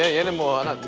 ah and him on